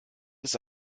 ist